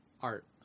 art